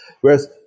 Whereas